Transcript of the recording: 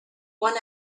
one